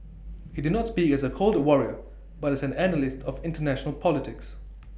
he did not speak as A cold Warrior but as an analyst of International politics